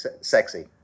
sexy